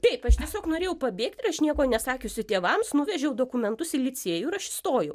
taip aš tiesiog norėjau pabėgt ir aš nieko nesakiusi tėvams nuvežiau dokumentus į licėjų ir aš įstojau